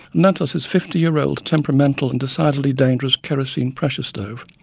and lent us his fifty year old, temperamental and decidedly dangerous, kerosene pressure stove.